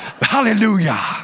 hallelujah